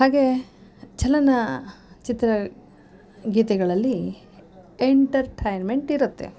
ಹಾಗೆಯೇ ಚಲನ ಚಿತ್ರ ಗೀತೆಗಳಲ್ಲಿ ಎಂಟಟೈನ್ಮೆಂಟ್ ಇರುತ್ತೆ